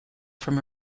from